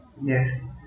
yes